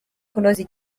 kunoza